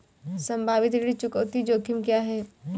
संभावित ऋण चुकौती जोखिम क्या हैं?